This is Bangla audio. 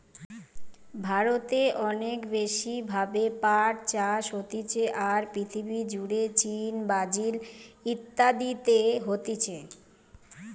ভারতে অনেক বেশি ভাবে পাট চাষ হতিছে, আর পৃথিবী জুড়ে চীন, ব্রাজিল ইত্যাদিতে হতিছে